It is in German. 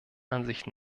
ansicht